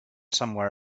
somewhere